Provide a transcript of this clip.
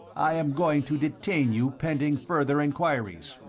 i am going to detain you pending further enquiries.